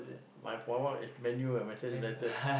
my former is Man-U Manchester-United